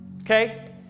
okay